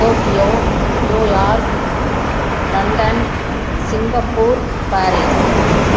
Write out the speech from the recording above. Tokyo New York London Singapore Paris